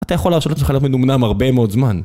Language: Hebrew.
אתה יכול להרשות לעצמך להיות מנומנם הרבה מאוד זמן